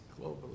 globally